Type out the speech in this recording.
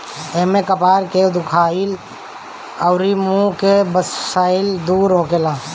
एसे कपार के दुखाइल अउरी मुंह के बसाइल दूर होखेला